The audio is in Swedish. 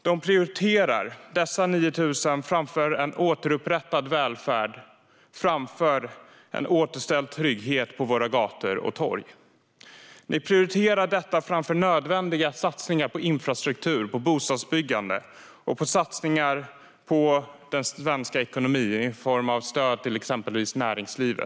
Den prioriterar dessa 9 000 framför en återupprättad välfärd och framför en återställd trygghet på våra gator och torg. Den prioriterar detta framför nödvändiga satsningar på infrastruktur, bostadsbyggande och svensk ekonomi i form av stöd till exempelvis näringslivet.